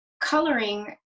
coloring